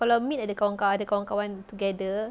kalau meet ada kawan kau ada kawan-kawan together